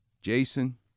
Jason